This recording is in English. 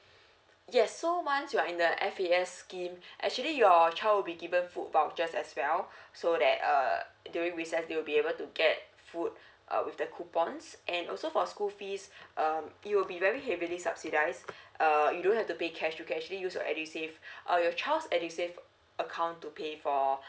yes so once you are in the f a s scheme actually your child be given food vouchers as well so that err during recess they will be able to get food uh with the coupons and also for school fees um you'll be very heavily subsidize err you don't have to pay cash you can actually use edusave or your child's edusave account to pay for